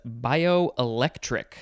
bioelectric